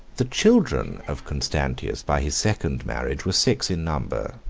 the children of constantius by his second marriage were six in number,